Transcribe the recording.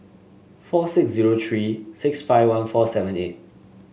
four six zero three six five one four seven eight